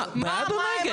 מה, בעד או נגד?